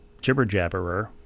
jibber-jabberer